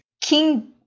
King